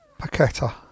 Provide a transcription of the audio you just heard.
Paqueta